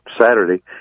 Saturday